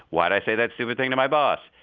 why did i say that stupid thing to my boss?